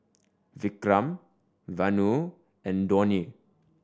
Vikram Vanu and Dhoni